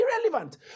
irrelevant